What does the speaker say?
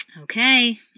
Okay